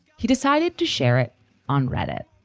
he decided to share it on reddit